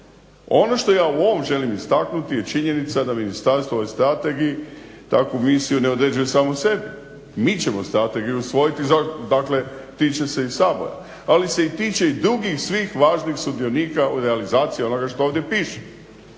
Ono što ja u ovom želim istaknuti je činjenica da ministarstvo u ovoj strategiji takvu misiju ne određuje samo sebi. Mi ćemo strategiju usvojiti i dakle tiče se i Sabora. Ali se i tiče i drugih svih važnih sudionika u realizaciji onoga što ovdje piše,